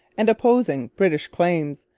and opposing british claims,